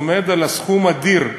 עומד על סכום אדיר,